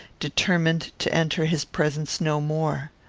determined to enter his presence no more.